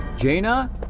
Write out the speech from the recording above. Jaina